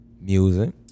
music